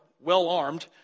well-armed